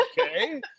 Okay